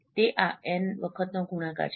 તે આ એન વખતનો ગુણાકાર છે